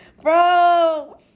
Bro